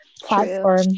platform